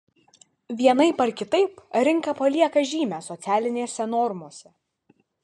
vienaip ar kitaip rinka palieka žymę socialinėse normose